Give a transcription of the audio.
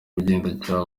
ubugenzacyaha